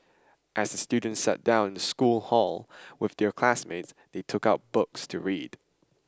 as the students sat down in the school hall with their classmates they took out books to read